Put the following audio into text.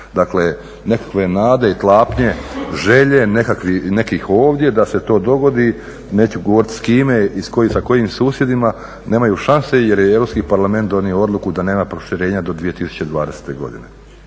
Dakle, nekakve nade i tlapnje, želje nekih ovdje da se to dogodi, neću govorit s kim i sa kojim susjedima, nemaju šanse jer je Europski parlament donio odluku da nema proširenja do 2020. godine,